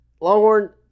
longhorn